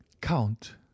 count